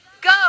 go